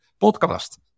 podcast